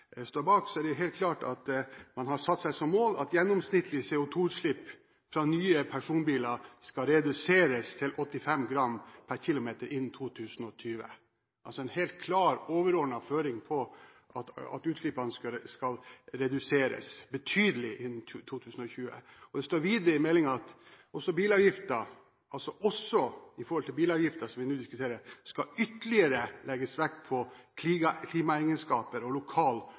står bak, er det helt klart at man har satt seg som mål at gjennomsnittlig CO2-utslipp fra nye personbiler skal reduseres til 85 g/km innen 2020, altså en helt klar overordnet føring på at utslippene skal reduseres betydelig innen 2020. Det står videre i meldingen at også når det gjelder bilavgiften, som vi nå diskuterer, skal det legges ytterligere vekt på klimaegenskaper og lokal